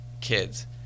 kids